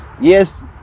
yes